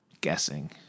guessing